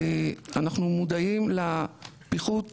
אנחנו מודעים לפיחות